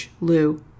Lou